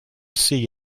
see